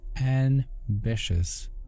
ambitious